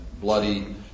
bloody